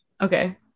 okay